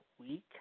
week